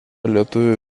lietuvių